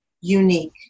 unique